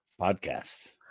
podcasts